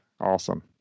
awesome